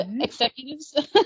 executives